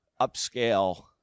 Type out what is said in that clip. upscale